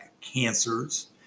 cancers